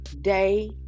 day